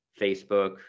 Facebook